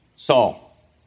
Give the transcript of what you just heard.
Saul